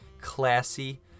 classy